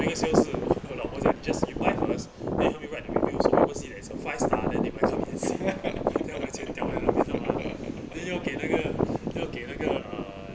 那个 sale 是我老婆讲 just you buy for us then help me write the review so people see that it's a five star then they might come in and see I tell why 剪掉 then 被她骂了 then 要给那个要给那个 uh